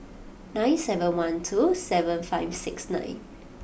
nine seven one two seven five six nine